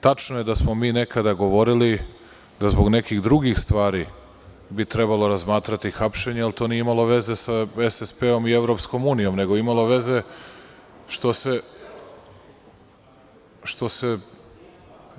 Tačno je da smo mi nekada govorili da zbog nekih drugih stvari bi trebalo razmatrati hapšenje, ali to nije imalo veze sa SSP i EU, nego je imalo veze što se…